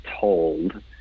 told